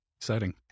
Exciting